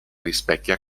rispecchia